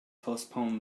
postpone